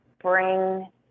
bring